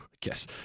guess